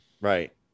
Right